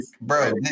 bro